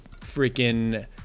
freaking